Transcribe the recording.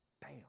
Bam